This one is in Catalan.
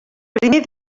primer